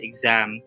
Exam